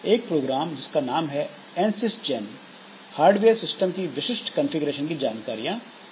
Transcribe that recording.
एक प्रोग्राम जिसका नाम है एनसिसजेन हार्डवेयर सिस्टम की विशिष्ट कंफीग्रेशन की जानकारियां जुटाता है